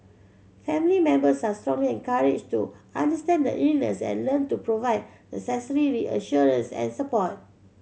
family members are strongly encouraged to understand the illness and learn to provide necessary reassurance and support